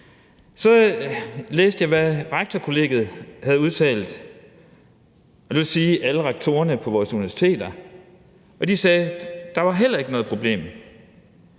Så læste jeg, hvad Rektorkollegiet havde udtalt, det vil sige alle rektorerne på vores universiteter. De sagde, at der heller ikke var noget problem.